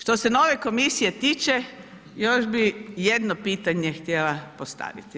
Što se nove komisije tiče, još bih jedno pitanje htjela postaviti.